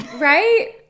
right